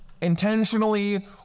intentionally